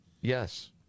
Yes